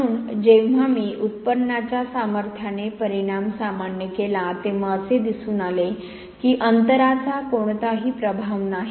म्हणून जेव्हा मी उत्पन्नाच्या सामर्थ्याने परिणाम सामान्य केला तेव्हा असे दिसून आले की अंतराचा कोणताही प्रभाव नाही